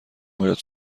باید